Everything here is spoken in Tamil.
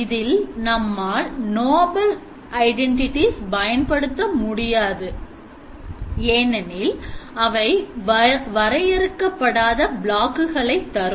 இதில் நம்மால் noble identites பயன்படுத்த முடியாது ஏனெனில் அவை வரையறுக்கப்படாத block கலை தரும்